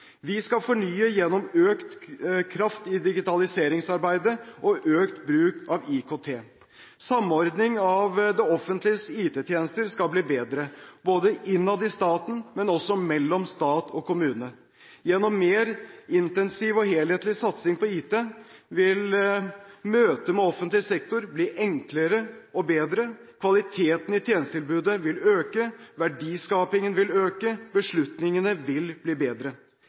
Vi skal fornye gjennom økt kraft i digitaliseringsarbeidet og økt bruk av IKT. Samordning av det offentliges IT-tjenester skal bli bedre både innad i staten og også mellom stat og kommune. Gjennom mer intensiv og helhetlig satsing på IT vil møtet med offentlig sektor bli enklere og bedre, kvaliteten i tjenestetilbudet vil øke, verdiskapingen vil øke, beslutningene vil bli bedre.